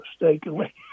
mistakenly